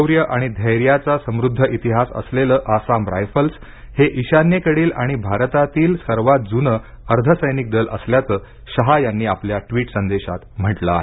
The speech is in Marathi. शौर्य आणि धैर्याचा समृद्ध इतिहास असलेलं आसाम रायफल्स हे इशान्येकडील आणि भारतातील सर्वात जुनं अर्धसैनिक दल असल्याचं शहा यांनी आपल्या ट्विटर संदेशात म्हटलं आहे